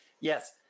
Yes